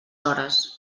hores